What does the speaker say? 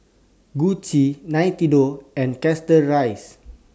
Gucci Nintendo and Chateraise